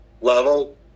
level